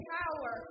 power